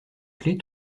clef